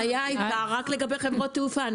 זה היה רק לגבי חברות תעופה.